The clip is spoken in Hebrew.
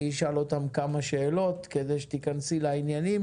אשאל אותם כמה שאלות כדי שתיכנסי לעניינים